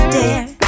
dare